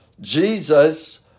Jesus